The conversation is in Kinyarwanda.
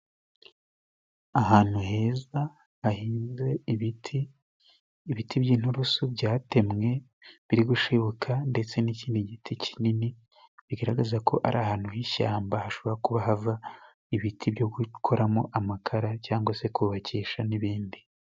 Ahantu heza hahinze ibiti, ibiti by'inturusu byatemwe biri gushibuka, ndetse n'ikindi giti kinini bigaragaza ko ari ahantu h'ishyamba, hashobora kuba hava ibiti byo gukoramo amakara cyangwa se kubakisha n'ibindi.